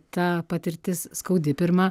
ta patirtis skaudi pirma